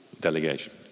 delegation